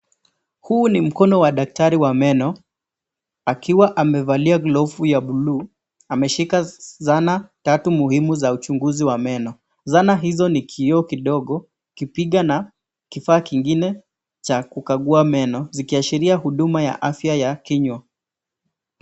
Huu ni mkono wa daktari wa meno akiwa amevalia glovu ya buluu ameshika zana tatu muhimu za uchunguzi wa meno, zana hizo ni kioo, kipiga na kifaa kingine cha kukagua meno zikiashiria huduma ya afya ya kinywa.